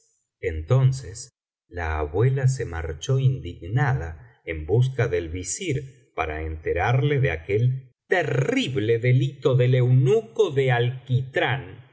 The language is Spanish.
entonces la abuela se marchó indignada en busca del visir para enterarle de aquel terrible delito del eunuco de alquitrán